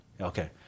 Okay